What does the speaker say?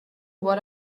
what